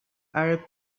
arab